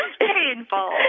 painful